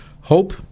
HOPE